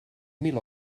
mil